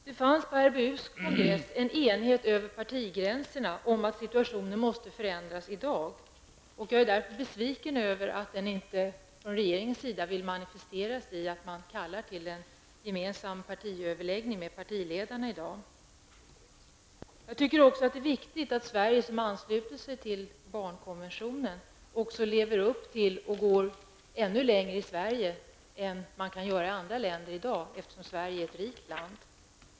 Det fanns på RBUs kongress en enighet över partigränserna om att situationen måste förändras i dag. Jag är därför besviken över att regeringen inte vill manifestera detta genom att kalla till en gemensam partiöverläggning med partiledarna. Jag tycker att det är viktigt att Sverige, som har anslutit sig till barnkonventionen, också lever upp till och går ännu längre än vad man kan göra i andra länder, eftersom Sverige är ett rikt land.